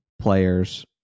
players